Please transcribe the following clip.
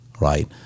right